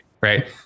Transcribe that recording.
right